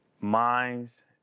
minds